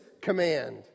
command